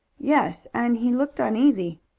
yes, and he looked uneasy.